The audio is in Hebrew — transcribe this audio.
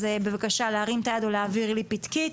בבקשה להרים את היד או להעביר לי פיתקית.